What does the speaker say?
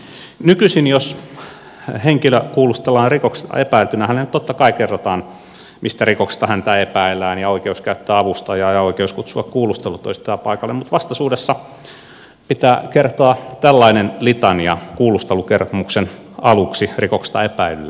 nykyisin jos henkilöä kuulustellaan rikoksesta epäiltynä hänelle totta kai kerrotaan mistä rikoksesta häntä epäillään ja kerrotaan oikeus käyttää avustajaa ja oikeus kutsua kuulustelutodistaja paikalle mutta vastaisuudessa pitää kertoa tällainen litania kuulustelukertomuksen aluksi rikoksesta epäillylle